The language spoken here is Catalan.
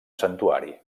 santuari